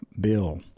bill